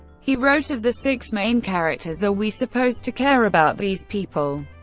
he wrote of the six main characters, are we supposed to care about these people?